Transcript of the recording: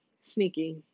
sneaky